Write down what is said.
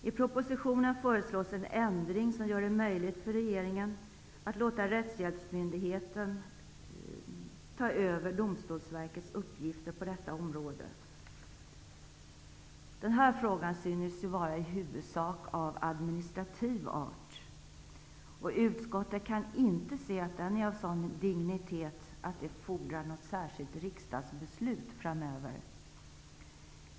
I propositionen föreslås en ändring som gör det möjligt för regeringen att låta Rättshjälpsmyndigheten ta över Domstolsverkets uppgifter på detta område. Denna fråga synes vara i huvudsak av administrativ art, och utskottet kan inte se att den är av sådan dignitet att den fordrar särskilt riksdagsbeslut framöver.